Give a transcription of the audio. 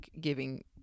giving